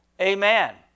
amen